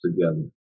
together